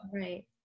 right